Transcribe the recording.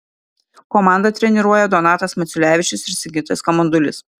komandą treniruoja donatas maciulevičius ir sigitas kamandulis